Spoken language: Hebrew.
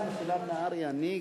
סליחה.